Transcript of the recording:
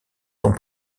sont